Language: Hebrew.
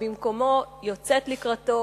ובמקום זה יוצאת לקראתו